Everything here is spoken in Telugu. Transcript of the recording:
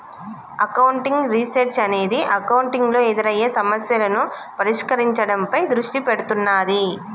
అకౌంటింగ్ రీసెర్చ్ అనేది అకౌంటింగ్ లో ఎదురయ్యే సమస్యలను పరిష్కరించడంపై దృష్టి పెడుతున్నాది